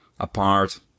Apart